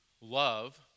love